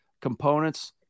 components